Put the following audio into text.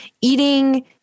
eating